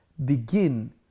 Begin